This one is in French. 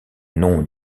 nom